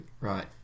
Right